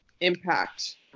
impact